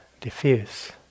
diffuse